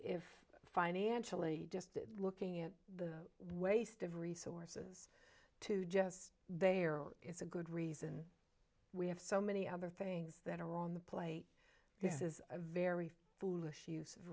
if financially just looking at the waste of resources to just there is a good reason we have so many other things that are on the plate this is a very foolish use of